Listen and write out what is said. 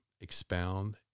expound